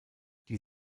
die